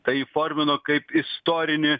tai įformino kaip istorinį